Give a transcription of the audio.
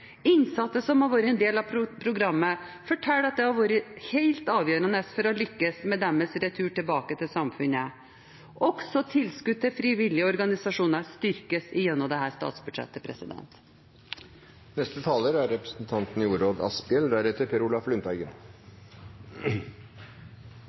Innsatte som har vært en del av programmet, forteller at det har vært helt avgjørende for å lykkes med deres retur tilbake til samfunnet. Også tilskudd til frivillige organisasjoner styrkes gjennom dette statsbudsjettet.